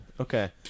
Okay